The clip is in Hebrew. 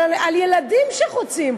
על ילדים שחוצים.